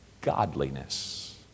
Godliness